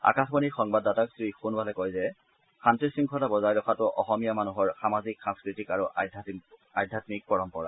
আকাশবাণীৰ সংবাদদাতাক শ্ৰীসোণোৱালে কয় যে শান্তি শৃংখলা বজাই ৰখাটো অসমীয়া মানুহৰ সামাজিক সাংস্কৃতিক আৰু আধ্যামিক পৰম্পৰা